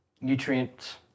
nutrients